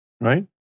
right